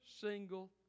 single